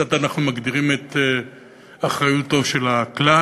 כיצד אנחנו מגדירים את אחריותו של הכלל.